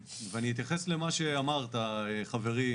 אני אתייחס למה שאמרת, חברי